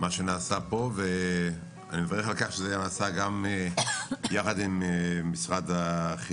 שנעשה פה ואני מברך על זה שזה נעשה גם יחד עם משרד החינוך,